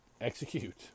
execute